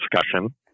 discussion